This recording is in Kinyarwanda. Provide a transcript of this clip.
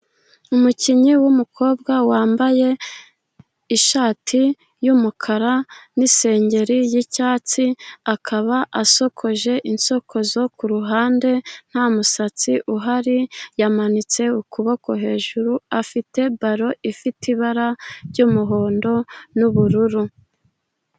Umukinnyi w'umukobwa wambaye ishati y'umukara n'isengeri yicyatsi akaba asokoje insokozo kuruhande nta musatsi uhari yamanitse ukuboko hejuru afite baro ifite ibara ry'umuhondo n'ubururu.